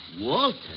Walter